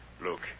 Look